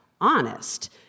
honest